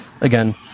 again